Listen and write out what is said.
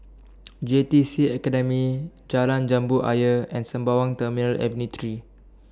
J T C Academy Jalan Jambu Ayer and Sembawang Terminal Avenue three